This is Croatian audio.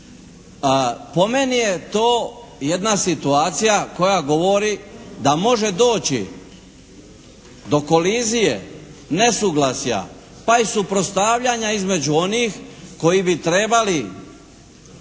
Po meni je to jedna situacija koja govori da može doći do kolizije, nesuglasja pa i suprotstavljanja između onih koji bi trebali